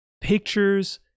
pictures